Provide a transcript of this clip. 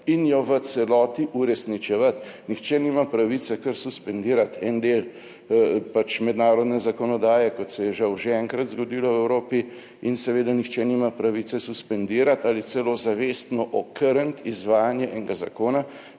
in jo v celoti uresničevati. Nihče nima pravice kar suspendirati en del pač mednarodne zakonodaje, kot se je žal že enkrat zgodilo v Evropi in seveda nihče nima pravice suspendirati ali celo zavestno okrniti izvajanje enega zakona,